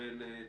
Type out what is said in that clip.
נקבל תשובות,